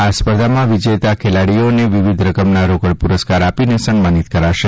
આ સ્પર્ધાઓમાં વિજેતા ખેલાડીઓને વિવિધ રકમના રોકડ પુરસ્કાર આપીને સન્માનિત કરાશે